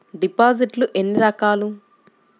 డిపాజిట్లు ఎన్ని రకాలు?